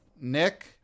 Nick